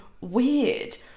weird